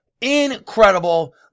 incredible